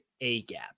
A-gap